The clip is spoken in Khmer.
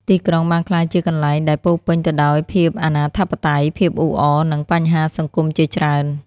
ទីក្រុងបានក្លាយជាកន្លែងដែលពោរពេញទៅដោយភាពអនាធិបតេយ្យ ភាពអ៊ូអរ និងបញ្ហាសង្គមជាច្រើន។